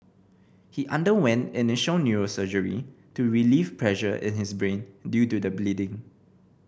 he underwent initial neurosurgery to relieve pressure in his brain due to the bleeding